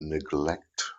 neglect